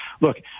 look